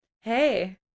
hey